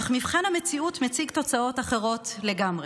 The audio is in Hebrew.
אך מבחן המציאות מציג תוצאות אחרות לגמרי.